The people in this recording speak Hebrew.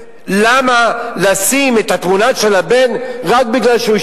למה לשים את התמונה של הבן רק כי הוא איש